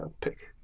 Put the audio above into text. pick